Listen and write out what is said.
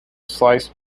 slice